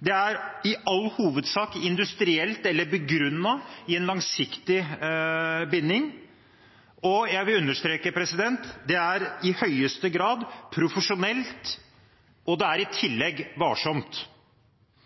Det er i all hovedsak industrielt, eller begrunnet i en langsiktig binding, og jeg vil understreke at det i høyeste grad er profesjonelt, og det er i tillegg varsomt.